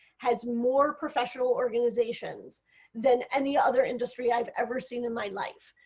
has more professional organizations than any other industry i have ever seen in my life.